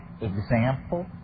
example